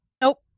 Nope